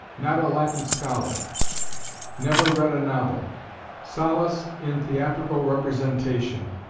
not a latin scholar never read a novel solace in theatrical representation